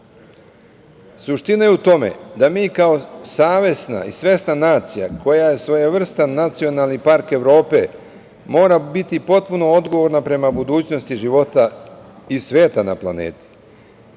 Suština je u tome da mi kao savesna i svesna nacija, koja je svojevrstan nacionalni park Evrope, mora biti potpuno odgovorna prema budućnosti života i sveta na planeti. Drugi